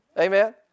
Amen